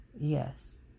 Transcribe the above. Yes